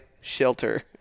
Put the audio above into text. shelter